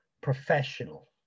professional